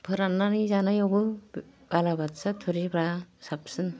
फोरानानै जानायावबो बालाबाथिया थुरिबा साबसिन